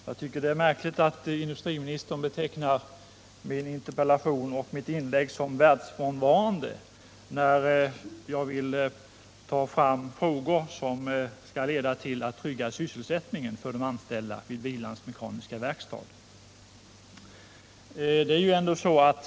Herr talman! Det är märkligt att industriministern betecknar min interpellation och mitt inlägg som ”världsfrånvänt” när jag vill ta upp frågor som skall leda till att trygga sysselsättningen för de anställda vid Hvilans Mekaniska Verkstad.